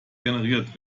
generiert